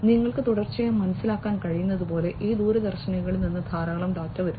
നിങ്ങൾക്ക് തുടർച്ചയായി മനസ്സിലാക്കാൻ കഴിയുന്നതുപോലെ ഈ ദൂരദർശിനികളിൽ നിന്ന് ധാരാളം ഡാറ്റ വരുന്നു